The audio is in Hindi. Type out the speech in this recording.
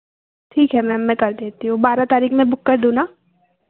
ठीक है मैम मैं कर देती हूँ बारह तारीख में बुक कर दूँ ना